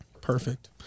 Perfect